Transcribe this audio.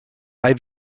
bei